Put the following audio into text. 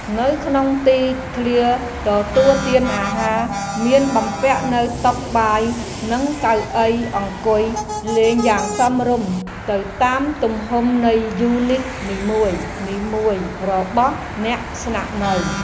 នៅក្នុងទីធ្លាទទួលទានអាហារមានបំពាក់នូវតុបាយនិងកៅអីអង្គុយលេងយ៉ាងសមរម្យទៅតាមទំហំនៃយូនីតនីមួយៗរបស់អ្នកស្នាក់នៅ។